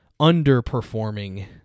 underperforming